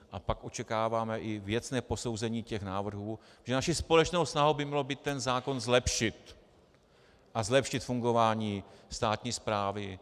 A pak očekáváme i věcné posouzení těch návrhů, protože naší společnou snahou by mělo být ten zákon zlepšit a zlepšit fungování státní správy.